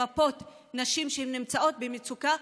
למפות נשים שנמצאות במצוקה,